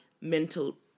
mental